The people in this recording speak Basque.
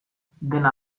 dena